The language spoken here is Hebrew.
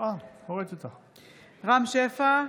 רם שפע,